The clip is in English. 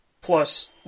Plus